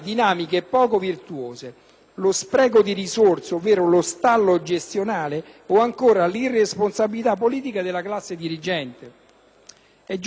lo spreco di risorse, lo stallo gestionale o ancora l'irresponsabilità politica della classe dirigente. È giusto delegare poteri